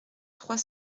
trois